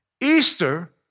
Easter